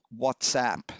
WhatsApp